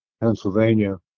Pennsylvania